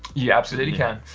you absolutely can.